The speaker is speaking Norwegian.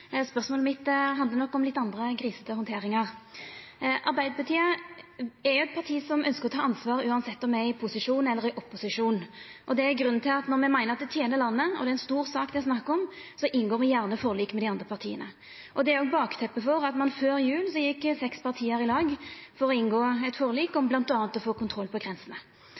Spørsmålet mitt handlar nok om litt andre grisete handteringar. Arbeidarpartiet er eit parti som ønskjer å ta ansvar uansett om me er i posisjon eller i opposisjon. Det er grunnen til at når me meiner at det tener landet og det er ei stor sak det er snakk om, inngår me gjerne forlik med dei andre partia. Det er bakteppet for at seks parti før jul gjekk i lag for å inngå eit forlik om bl.a. å få kontroll på grensene.